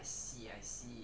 I see I see